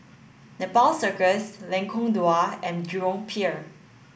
Nepal Circus Lengkong Dua and Jurong Pier